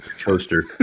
Coaster